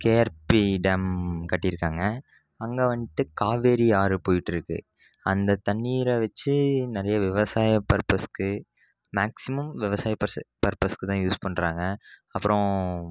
KRP dam கட்டியிருக்காங்க அங்கே வந்துட்டு காவேரி ஆறு போயிட்டுருக்கு அந்த தண்ணீரை வச்சு நிறைய விவசாய பர்பஸ்க்கு மேக்சிமம் விவசாய பர்ஸு பர்பஸ்க்கு தான் யூஸ் பண்ணுறாங்க அப்புறம்